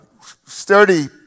sturdy